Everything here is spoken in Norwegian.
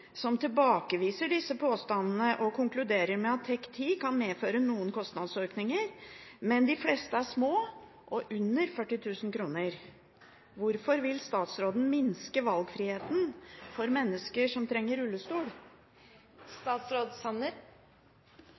som tilbakeviser disse påstandene og konkluderer med at TEK10 kan medføre kostnadsøkninger, men de fleste er små og under 40 000 kroner. Hvorfor vil statsråden minske valgfriheten for mennesker i rullestol?»